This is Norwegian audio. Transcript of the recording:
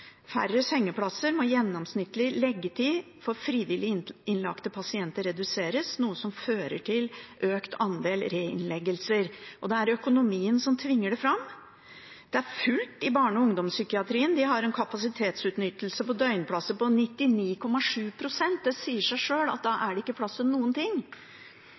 som nå må foretas. Jeg sitter med papirer fra Sykehuset Innlandet i mitt fylke, der psykisk helse kuttes, det er færre sengeplasser, og gjennomsnittlig liggetid for frivillig innlagte pasienter reduseres, noe som fører til økt andel reinnleggelser. Det er økonomien som tvinger det fram. Det er fullt i barne- og ungdomspsykiatrien. De har en kapasitetsutnyttelse på døgnplasser på 99,7 pst. Det sier